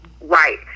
right